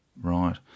right